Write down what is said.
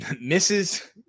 misses